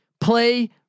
Play